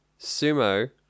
Sumo